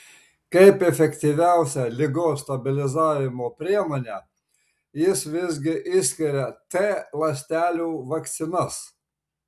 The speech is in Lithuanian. kaip efektyviausią ligos stabilizavimo priemonę jis visgi išskiria t ląstelių vakcinas